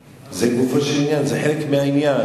זה גופו של עניין, זה חלק מהעניין.